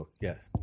Yes